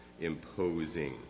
imposing